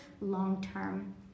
long-term